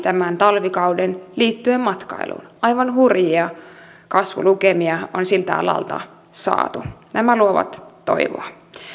tämän talvikauden liittyen matkailuun aivan hurjia kasvulukemia on siltä alalta saatu nämä luovat toivoa